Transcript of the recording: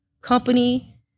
company